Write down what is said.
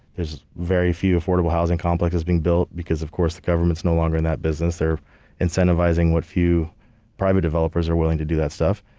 there's very few affordable housing complexes being built, because of course, the government's no longer in that business. they're incentivizing what few private developers are willing to do that stuff.